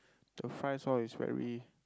the fries all is very